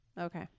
Okay